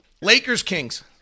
Lakers-Kings